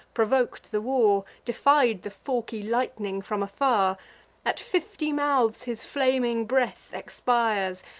provok'd the war, defied the forky lightning from afar at fifty mouths his flaming breath expires,